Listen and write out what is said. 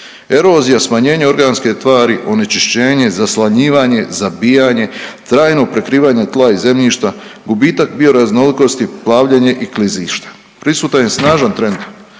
erozija, smanjenja organske tvari, onečišćenje, zaslanjivanje, zabijanje, trajno prekrivanje tla i zemljišta, gubitak bioraznolikosti, plavljenje i klizišta. Prisutan je snažan trend